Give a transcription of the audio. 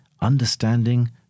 understanding